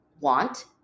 want